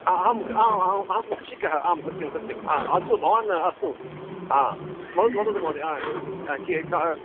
अहम् आम् अहं कृषिकः आम् सत्यं सत्यम् अस्तु भवान् अस्तु वदतु वदतु महोदय किं कः